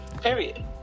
period